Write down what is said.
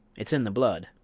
it's in the blood.